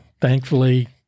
thankfully